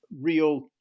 real